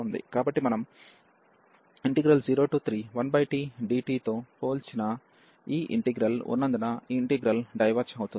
కాబట్టి మనం 031tdtతో పోల్చిన ఈ ఇంటిగ్రల్ ఉన్నందున ఈ ఇంటిగ్రల్ డైవెర్జ్ అవుతుంది